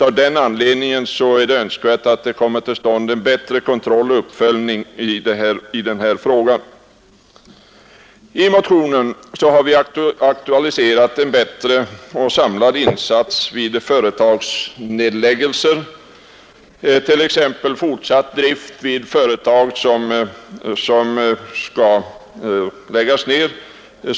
Av den anledningen är det önskvärt med en bättre kontroll och uppföljning av frågorna. I motionen har vi aktualiserat en bättre och samlad insats vid företagsnedläggelser, t.ex. fortsatt drift vid företag som skall läggas ned.